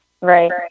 Right